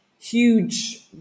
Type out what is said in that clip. huge